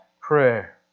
prayer